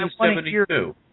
1972